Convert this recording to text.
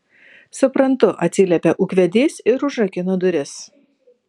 suprantu atsiliepė ūkvedys ir užrakino duris